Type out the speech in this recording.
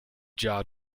jaw